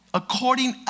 according